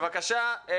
בבקשה,